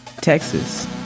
texas